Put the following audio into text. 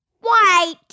white